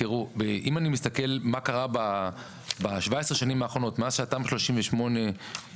אני מסתכל מה קרה ב-17 שנים האחרונות מאז שהתמ"א 38 הגיעו